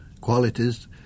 qualities